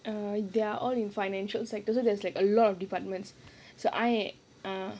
err they're all in financial sector so there's like a lot of departments so I uh